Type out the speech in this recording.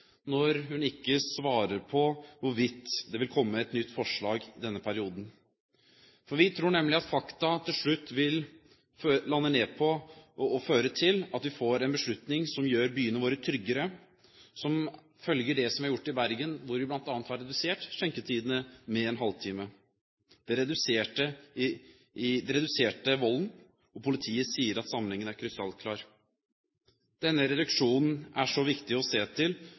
når hun ikke svarer på hvorvidt det vil komme et nytt forslag i denne perioden. Vi tror nemlig at fakta til slutt vil føre til en beslutning som vil gjøre byene våre tryggere. I Bergen har man redusert skjenketidene med en halvtime. Det reduserte volden, og politiet sier at sammenhengen er krystallklar. Denne reduksjonen er så viktig å se til